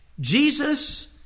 Jesus